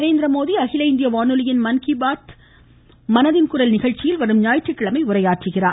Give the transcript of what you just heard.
நரேந்திரமோடி அகில இந்திய வானொலியில் மன் கி பாத் மனதின் குரல் நிகழ்ச்சியில் வரும் ஞாயிற்றுக்கிழமை உரையாற்றுகிறார்